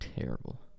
terrible